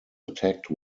attacked